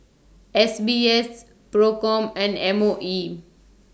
S B S PROCOM and M O E